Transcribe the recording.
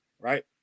Right